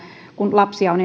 kun lapsia on